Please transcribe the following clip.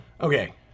Okay